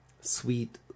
sweet